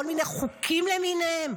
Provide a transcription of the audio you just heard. כל מיני חוקים למיניהם?